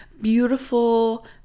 beautiful